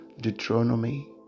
Deuteronomy